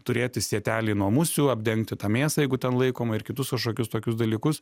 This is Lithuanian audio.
turėti sietelį nuo musių apdengti tą mėsą jeigu ten laikoma ir kitus kažkokius tokius dalykus